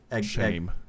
Shame